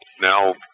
Now